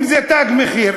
אם זה "תג מחיר",